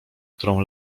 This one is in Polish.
którą